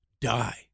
die